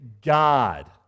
God